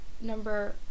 number